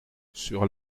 sur